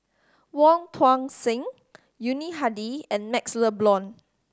Wong Tuang Seng Yuni Hadi and MaxLe Blond